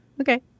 Okay